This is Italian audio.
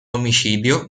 omicidio